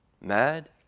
Mad